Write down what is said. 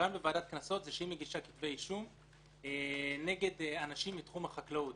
הרעיון בוועדת קנסות שהיא מגישה כתבי אישום נגד אנשים מתחום החקלאות.